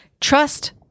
Trust